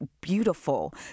beautiful